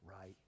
right